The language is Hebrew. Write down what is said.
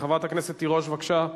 חברת הכנסת רונית תירוש, בבקשה.